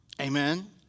Amen